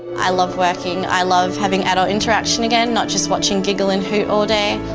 i love working, i love having adult interaction again, not just watching giggle and hoot all day.